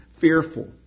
fearful